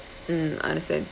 mm understand